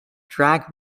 drag